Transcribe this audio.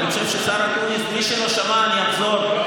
אני חושב שהשר אקוניס, מי שלא שמע, אני אחזור.